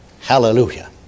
Hallelujah